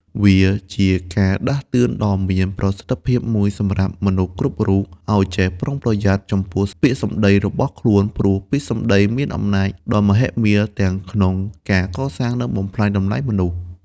វាជាការដាស់តឿនដ៏មានប្រសិទ្ធភាពមួយសម្រាប់មនុស្សគ្រប់រូប ឱ្យចេះប្រុងប្រយ័ត្នចំពោះពាក្យសម្ដីរបស់ខ្លួន ព្រោះពាក្យសម្ដីមានអំណាចដ៏មហិមា ទាំងក្នុងការកសាង និងបំផ្លាញតម្លៃមនុស្ស។